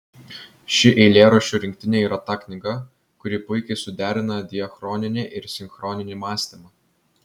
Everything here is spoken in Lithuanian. ši eilėraščių rinktinė yra ta knyga kuri puikiai suderina diachroninį ir sinchroninį mąstymą